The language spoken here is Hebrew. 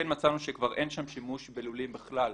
מצאנו שכבר אין שם שימוש בלולים בכלל,